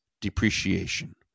depreciation